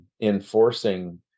enforcing